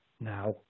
now